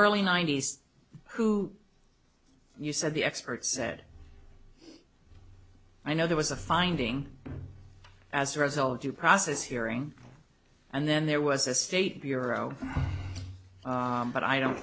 early ninety's who you said the experts said i know there was a finding as a result of due process hearing and then there was a state bureau but i don't